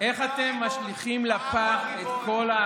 איך אתם משליכים לפח את כל,